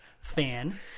fan